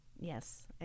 yes